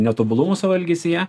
netobulumų savo elgesyje